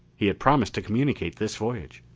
he had promised to communicate this voyage.